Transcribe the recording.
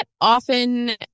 often